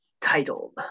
titled